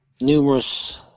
numerous